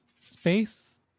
space